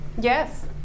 yes